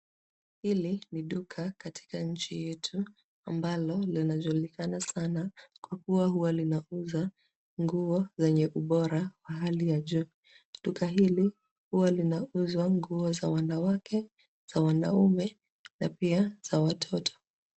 Hili ni duka katika nchi yetu ambalo linajulikana sana kwa kuwa huwa linauza nguo zenye ubora wa hali ya juu. Duka hili huwa linauzwa nguo za wanawake, za wanaume na pia za watoto.